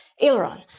aileron